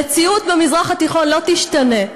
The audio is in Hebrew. המציאות במזרח התיכון לא תשתנה.